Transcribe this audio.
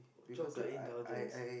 chocolate indulgence